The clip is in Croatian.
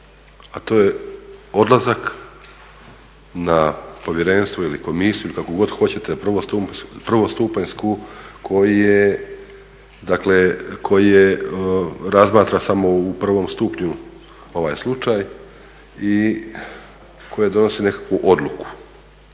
a to je odlazak na povjerenstvo ili komisiju ili kako god hoćete prvostupanjsku koji je, dakle koji razmatra samo u prvom stupnju ovaj slučaj i koje donosi nekakvu odluku.